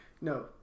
No